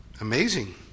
Amazing